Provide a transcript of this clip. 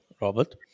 robert